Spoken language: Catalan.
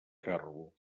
ferro